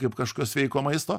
kaip kažkas sveiko maisto